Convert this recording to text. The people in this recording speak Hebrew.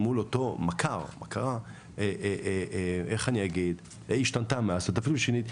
אני בתור חייל החלטתי שאני לא אעשה את זה,